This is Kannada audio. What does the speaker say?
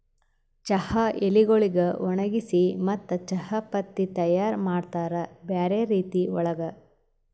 ಚಹಾ ಎಲಿಗೊಳಿಗ್ ಒಣಗಿಸಿ ಮತ್ತ ಚಹಾ ಪತ್ತಿ ತೈಯಾರ್ ಮಾಡ್ತಾರ್ ಬ್ಯಾರೆ ರೀತಿ ಒಳಗ್